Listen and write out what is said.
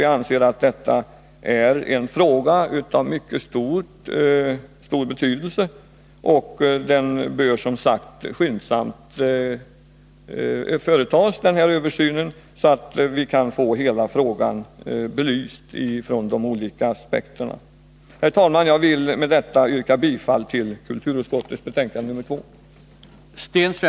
Vi anser att detta är en fråga av mycket stor betydelse och att översynen bör företas skyndsamt så att vi kan få hela frågan belyst från olika aspekter. Herr talman! Jag ber med detta att få yrka bifall till kulturutskottets hemställan i betänkande nr 2.